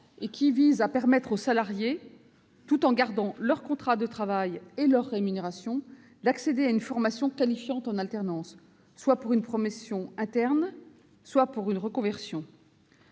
», il vise à permettre aux salariés, tout en gardant leur contrat de travail et leur rémunération, d'accéder à une formation qualifiante en alternance, soit pour une promotion interne, soit pour une reconversion.